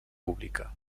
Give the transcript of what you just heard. pública